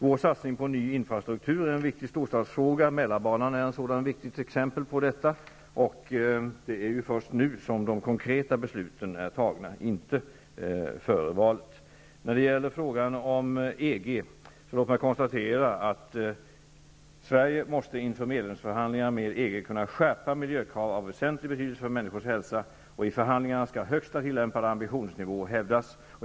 Vår satsning på en ny infrastruktur är en viktig storstadsfråga, och Mälarbanan är ett viktigt exempel på detta. Och det är först nu som de konkreta besluten har fattats, inte före valet. När det gäller frågan om EG vill jag konstatera att kunna skärpa miljökrav av väsentlig betydelse för människors hälsa. I förhandlingarna skall högsta tillämpade ambitionsnivå hävdas.